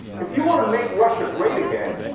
if you want to make russia great again,